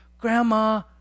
Grandma